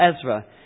Ezra